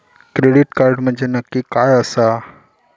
Credit card म्हंजे नक्की काय आसा?